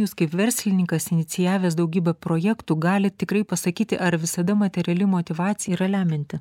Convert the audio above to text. jūs kaip verslininkas inicijavęs daugybę projektų galit tikrai pasakyti ar visada materiali motyvacija yra lemianti